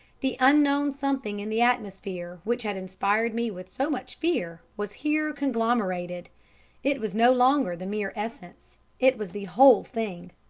the unknown something in the atmosphere which had inspired me with so much fear was here conglomerated it was no longer the mere essence it was the whole thing.